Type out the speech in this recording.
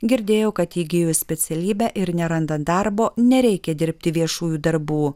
girdėjau kad įgijus specialybę ir nerandant darbo nereikia dirbti viešųjų darbų